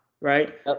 right